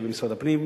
יהיה במשרד הפנים,